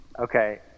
Okay